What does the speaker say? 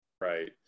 Right